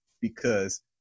because-